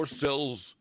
cells